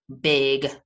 big